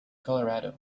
colorado